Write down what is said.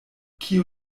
kio